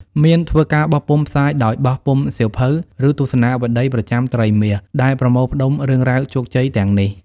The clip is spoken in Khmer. មានធ្វើការបោះពុម្ពផ្សាយដោយបោះពុម្ពសៀវភៅ ឬទស្សនាវដ្ដីប្រចាំត្រីមាសដែលប្រមូលផ្តុំរឿងរ៉ាវជោគជ័យទាំងនេះ។